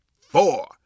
four